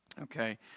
Okay